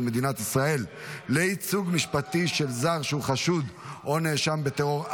מדינת ישראל לייצוג משפטי של זר שהוא חשוד או נאשם בטרור,